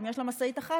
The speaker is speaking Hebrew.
אם יש לה משאית אחת,